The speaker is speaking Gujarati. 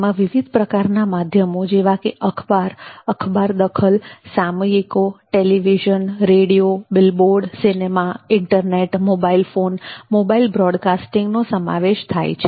તેમાં વિવિધ પ્રકારના માધ્યમો જેવાકે અખબાર અખબાર દખલ સામયિકો television radio billboard cinema internet mobile phone mobile બ્રોડકાસ્ટિંગનો સમાવેશ થાય છે